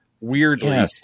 Weirdly